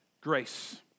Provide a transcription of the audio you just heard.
grace